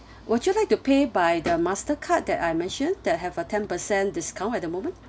would you like to pay by the mastercard that I mentioned that have a ten percent discount at the moment